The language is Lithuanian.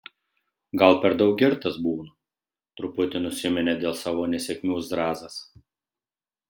gal per daug girtas būnu truputi nusiminė dėl savo nesėkmių zrazas